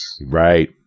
Right